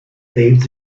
themes